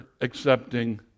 accepting